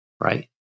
right